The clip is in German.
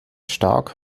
stark